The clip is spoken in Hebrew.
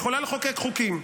היא יכולה לחוקק חוקים,